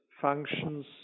functions